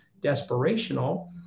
desperational